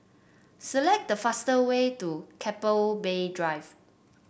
select the fastest way to Keppel Bay Drive